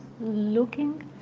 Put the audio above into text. looking